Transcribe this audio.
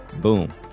boom